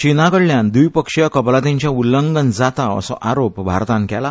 चीना कडल्यान द्विपक्षीय कबलातीचें उल्लंघन जाता असो आरोप भारतान केला